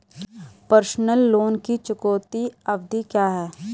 Personal loan की चुकौती अवधि क्या है?